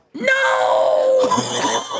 No